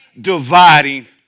dividing